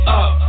up